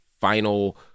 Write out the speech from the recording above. final